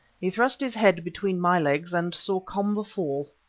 he thrust his head between my legs and saw komba fall.